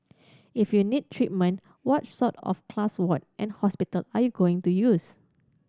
if you need treatment what sort of class ward and hospital are you going to use